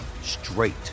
straight